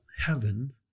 heaven